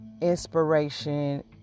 inspiration